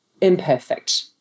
imperfect